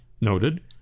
noted